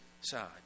side